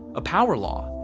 a power-law.